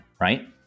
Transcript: right